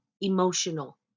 emotional